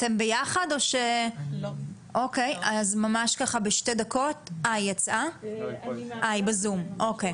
ממש בשתי דקות, היא בזום.